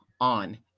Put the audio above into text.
on